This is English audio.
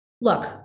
look